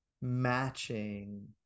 matching